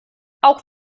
auch